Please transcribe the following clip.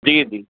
जी जी